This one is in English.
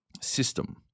system